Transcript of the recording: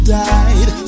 died